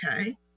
Okay